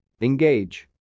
engage